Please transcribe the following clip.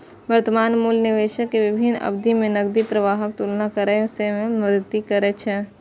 वर्तमान मूल्य निवेशक कें विभिन्न अवधि मे नकदी प्रवाहक तुलना करै मे मदति करै छै